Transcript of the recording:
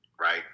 Right